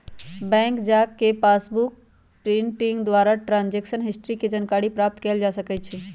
bank जा कऽ passbook printing द्वारा ट्रांजैक्शन हिस्ट्री के जानकारी प्राप्त कएल जा सकइ छै